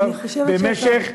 כבר במשך,